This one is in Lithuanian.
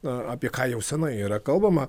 na apie ką jau senai yra kalbama